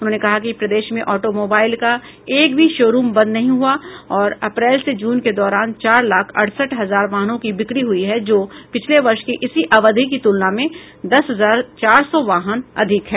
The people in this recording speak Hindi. उन्होंने कहा कि प्रदेश में ऑटोमोबाईल का एक भी शो रूम बंद नहीं हुआ है और अप्रैल से जून के दौरान चार लाख अड़सठ हजार वाहनों की बिक्री हुई है जो पिछले वर्ष की इसी अवधि की तुलना में दस हजार चार सौ वाहन अधिक है